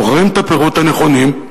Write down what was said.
בוחרים את הפירות הנכונים,